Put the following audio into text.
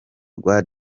rwa